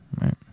right